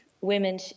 Women